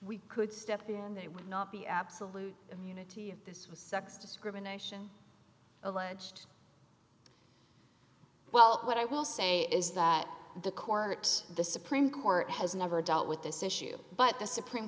we could step in and they would not be absolute immunity of this was sex discrimination alleged well what i will say is that the court the supreme court has never dealt with this issue but the supreme